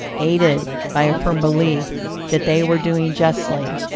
aided by a firm belief that they were doing justly,